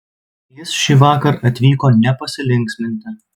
jis šįvakar atvyko ne pasilinksminti